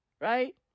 Right